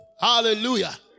Hallelujah